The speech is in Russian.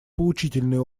поучительный